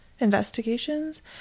investigations